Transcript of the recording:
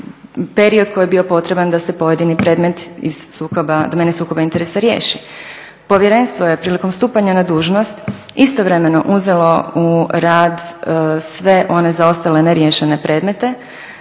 period koji je bio potreban da se pojedini predmet iz domene sukoba interesa riješi. Povjerenstvo je prilikom stupanja na dužnost istovremeno uzelo u rad sve one zaostale neriješene predmete.